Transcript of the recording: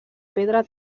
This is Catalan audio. pedra